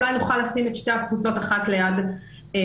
אולי נוכל לשים את שתי הקבוצות זו ליד זו.